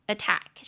Attack